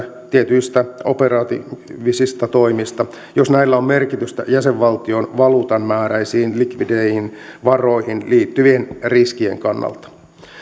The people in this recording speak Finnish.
tietyistä operatiivisista toimista jos näillä on merkitystä jäsenvaltion valuutan määräisiin likvideihin varoihin liittyvien riskien kannalta